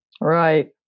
right